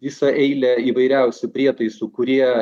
visą eilę įvairiausių prietaisų kurie